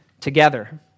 together